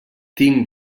tinc